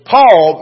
Paul